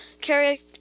carry